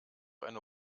eine